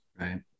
right